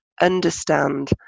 understand